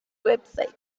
website